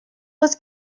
was